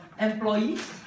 employees